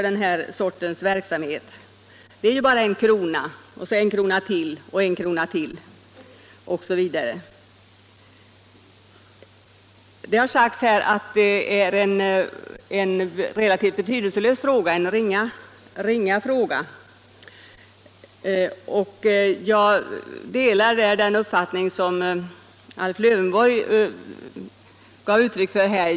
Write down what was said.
Det är ju bara fråga om en krona — och så en krona till och en till OSV. Det har sagts här att detta är en relativt betydelselös fråga. Jag delar den uppfattningen, som Alf Lövenborg gav uttryck för.